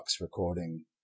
recording